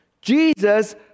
Jesus